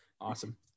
Awesome